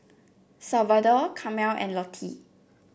Salvador Carmel and Lottie